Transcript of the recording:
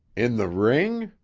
in the ring?